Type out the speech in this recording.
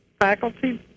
faculty